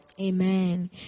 Amen